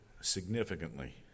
significantly